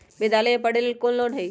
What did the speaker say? विद्यालय में पढ़े लेल कौनो लोन हई?